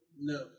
No